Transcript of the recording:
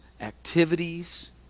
activities